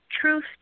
truth